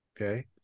okay